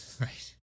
Right